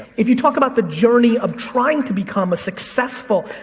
if you talk about the journey of trying to become a successful,